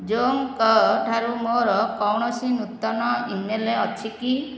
ଜୋନ୍ଙ୍କଠାରୁ ମୋର କୌଣସି ନୂତନ ଇମେଲ୍ ଅଛି କି